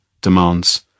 demands